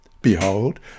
Behold